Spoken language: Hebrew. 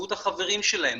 זהות החברים שלהם,